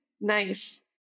Nice